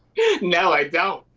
no, i don't.